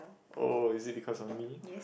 oh is it because of me